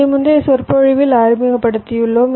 இதை முந்தைய சொற்பொழிவில் அறிமுகப்படுத்தியுள்ளோம்